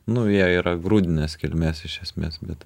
nu jie yra grūdinės kilmės iš esmės bet